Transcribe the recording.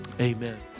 Amen